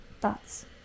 Thoughts